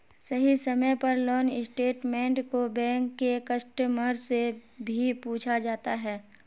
सही समय पर लोन स्टेटमेन्ट को बैंक के कस्टमर से भी पूछा जाता है